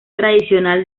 tradicional